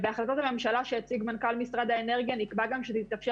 בהחלטות הממשלה שהציג מנכ"ל משרד האנרגיה נקבע שתתאפשר